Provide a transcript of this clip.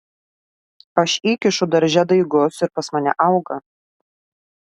aš įkišu darže daigus ir pas mane auga